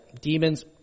Demons